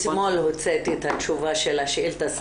אתמול הוצאתי את התשובה של השאילתה,